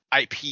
IP